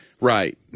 Right